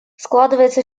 складывается